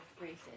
races